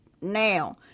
now